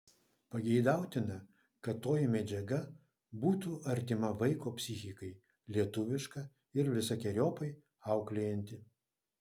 pageidautina kad toji medžiaga būtų artima vaiko psichikai lietuviška ir visokeriopai auklėjanti